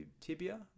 tibia